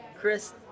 Chris